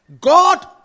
God